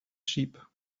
sheep